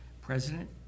president